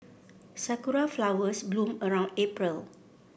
sakura flowers bloom around April